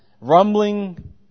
rumbling